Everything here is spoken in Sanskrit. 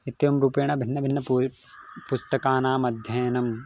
इत्येवं रूपेण भिन्नभिन्नं पूर्णं पुस्तकानाम् अध्ययनं